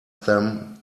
them